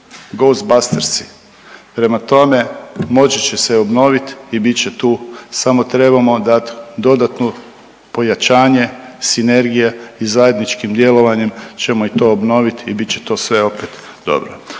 Ghostbusters. Prema tome, moći će se obnoviti i bit će tu samo trebamo dati dodatno pojačanje sinergija i zajedničkim djelovanjem ćemo i to obnoviti i bit će to sve opet dobro.